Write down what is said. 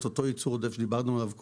את אותו ייצור עודף שדיברנו עליו קודם,